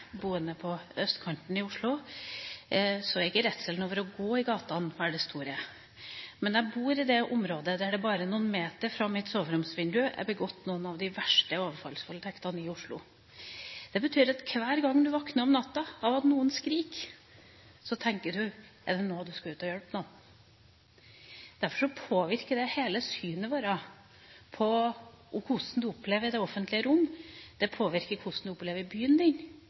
boende på østkanten i Oslo, er ikke redselen for å gå i gatene det store. Men jeg bor i et område der det – bare noen meter fra mitt soveromsvindu – er begått noen av de verste overfallsvoldtektene i Oslo. Det betyr at hver gang du våkner om natten av at noen skriker, tenker du: Er det nå du skal ut og hjelpe noen? Derfor påvirker dette hele synet på hvordan du opplever det offentlige rom, det påvirker hvordan du opplever byen din,